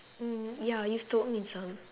mm ya you've told me some